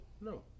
No